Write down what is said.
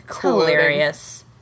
hilarious